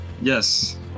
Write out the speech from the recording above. Yes